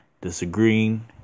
disagreeing